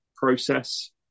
process